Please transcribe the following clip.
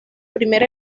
primer